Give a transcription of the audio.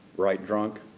write drunk,